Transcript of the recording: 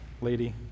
lady